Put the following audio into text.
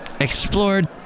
Explored